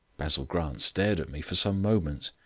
basil grant stared at me for some moments.